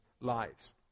lives